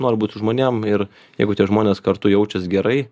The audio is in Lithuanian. noriu būt su žmonėm ir jeigu tie žmonės kartu jaučias gerai